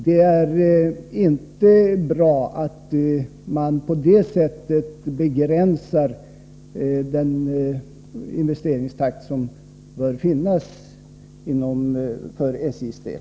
Det är inte bra att man på det sättet begränsar den investeringstakt som bör hållas för SJ:s del.